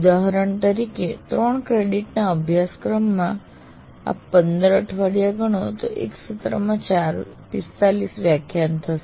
ઉદાહરણ તરીકે 3 ક્રેડિટ ના અભ્યાસક્રમમાં આપ ૧૫ અઠવાડિયા ગણો તો એક સત્રમાં ૪૫ વ્યાખાન થશે